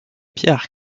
pierres